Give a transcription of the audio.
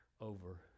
over